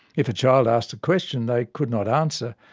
if a child asked a question they could not answer,